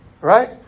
right